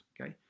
okay